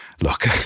look